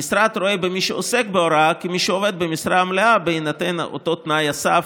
המשרד רואה במי שעוסק בהוראה כמי שעובד במשרה מלאה בהינתן אותו תנאי סף,